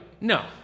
No